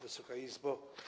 Wysoka Izbo!